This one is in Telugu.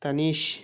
తనీష్